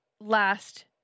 last